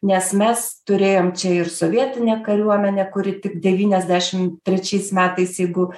nes mes turėjom čia ir sovietinę kariuomenę kuri tik devyniasdešim trečiais metais jeigu